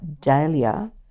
dahlia